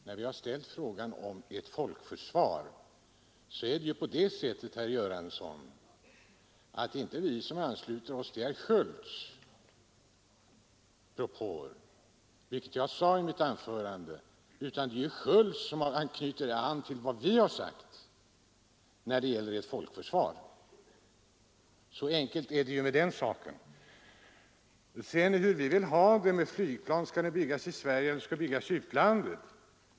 När vi föreslår ett folkförsvar är det inte på det sättet, herr Göransson, att vi ansluter oss till herr Skölds propåer, utan det är herr Sköld — vilket jag också sade i mitt anförande — som har knutit an till vad vi har sagt. Så enkelt är det med den saken. Herr Göransson frågade hur vi vill ha det med flygplanen, om de skall byggas i Sverige eller i utlandet.